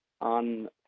on